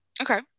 Okay